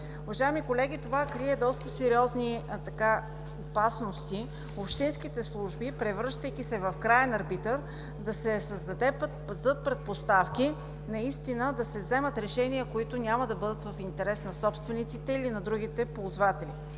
Уважаеми колеги, това крие доста сериозни опасности в общинските служби, превръщайки се в краен арбитър, да се създадат предпоставки за вземане на решения, които няма да бъдат в интерес на собствениците или на другите ползватели.